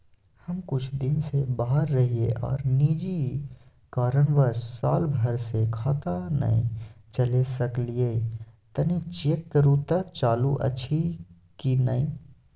हम कुछ दिन से बाहर रहिये आर निजी कारणवश साल भर से खाता नय चले सकलियै तनि चेक करू त चालू अछि कि नय?